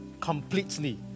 completely